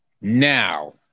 Now